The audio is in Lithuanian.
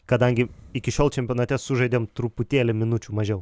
kadangi iki šiol čempionate sužaidėm truputėlį minučių mažiau